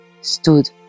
stood